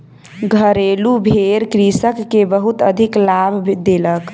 घरेलु भेड़ कृषक के बहुत अधिक लाभ देलक